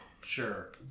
Sure